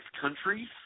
countries